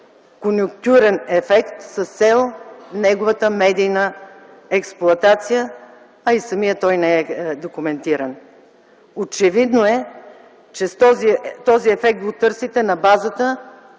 конюнктурен ефект с цел неговата медийна експлоатация, а и самият той не е документиран. Очевидно е, че този ефект го търсите на базата